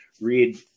read